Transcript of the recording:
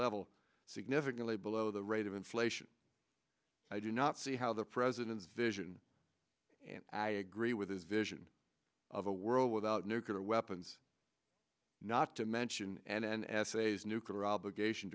level significantly below the rate of inflation i do not see how the president's vision and i agree with his vision of a world without nuclear weapons not to mention and n s a s nuclear obligation